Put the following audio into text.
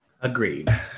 Agreed